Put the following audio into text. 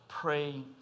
pray